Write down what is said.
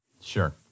Sure